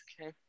Okay